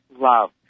love